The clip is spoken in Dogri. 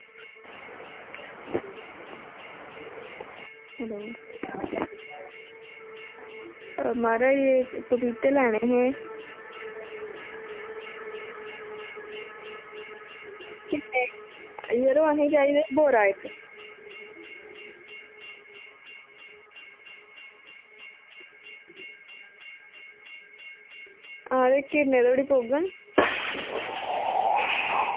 हैल्लो मारज़ पपीते लैनें हे जरो असैं चाही दे हे बोरा इस ओह् किन्नें धोड़ी पौंगंन